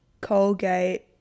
Colgate